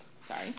Sorry